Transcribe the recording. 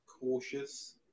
cautious